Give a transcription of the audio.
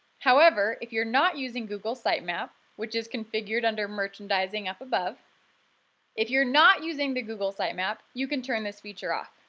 however, if you're not using google sitemap which is configured under merchandising up above if you're not using the google sitemap, you can turn this feature off.